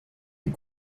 est